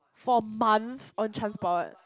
for months on transport